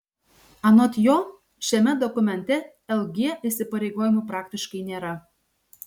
anot jo šiame dokumente lg įsipareigojimų praktiškai nėra